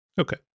Okay